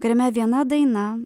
kuriame viena daina